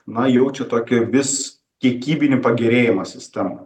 na jaučia tokį vis kiekybinį pagerėjimą sistemų